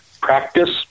Practice